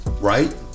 Right